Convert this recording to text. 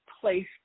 place